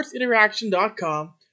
sportsinteraction.com